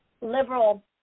liberal